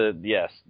Yes